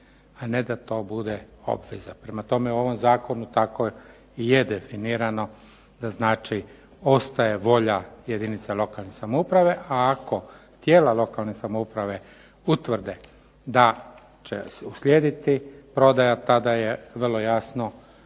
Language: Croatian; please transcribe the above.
a ne da to bude obveza. Prema tome, u ovom zakonu tako i je definirano. Znači, ostaje volja jedinice lokalne samouprave, a ako tijela lokalne samouprave utvrde da će uslijediti prodaja tada je vrlo jasno